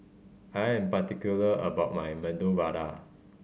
I am particular about my Medu Vada